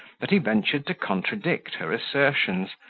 that he ventured to contradict her assertions,